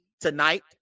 tonight